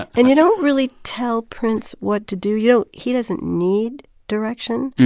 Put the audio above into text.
and you don't really tell prince what to do. you don't he doesn't need direction.